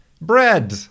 Bread